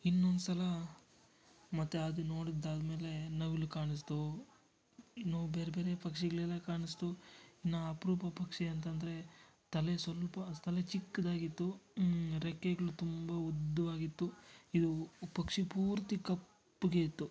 ಇನ್ನೊಂದ್ಸಲ ಮತ್ತು ಅದು ನೋಡಿದ್ದಾದಮೇಲೆ ನವಿಲು ಕಾಣಿಸ್ತು ಇನ್ನು ಬೇರೆಬೇರೆ ಪಕ್ಷಿಗಳೆಲ್ಲ ಕಾಣಿಸ್ತು ಇನ್ನು ಅಪರೂಪ ಪಕ್ಷಿ ಅಂತಂದರೆ ತಲೆ ಸ್ವಲ್ಪ ತಲೆ ಚಿಕ್ಕದಾಗಿತ್ತು ರೆಕ್ಕೆಗಳು ತುಂಬ ಉದ್ದವಾಗಿತ್ತು ಇದು ಪಕ್ಷಿ ಪೂರ್ತಿ ಕಪ್ಪಗೆ ಇತ್ತು